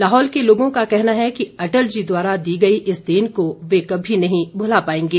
लाहौल के लोगों का कहना है कि अटल जी द्वारा दी गई इन देन को वे कभी नहीं भुला पाएगें